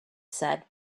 said